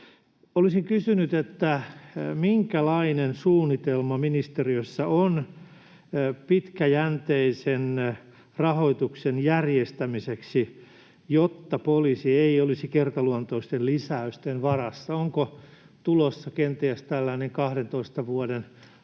Olisin kysynyt: minkälainen suunnitelma ministeriössä on pitkäjänteisen rahoituksen järjestämiseksi, jotta poliisi ei olisi kertaluontoisten lisäysten varassa? Onko tulossa kenties tällainen 12 vuoden